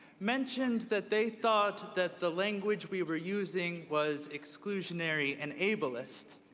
mentioned that they thought that the language we were using was exclusionary and ableist.